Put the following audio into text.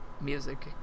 music